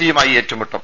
C യുമായി ഏറ്റുമുട്ടും